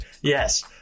Yes